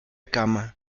cama